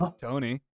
Tony